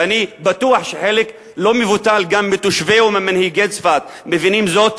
ואני בטוח שגם חלק לא מבוטל מהתושבים ומהמנהיגים של צפת מבינים זאת,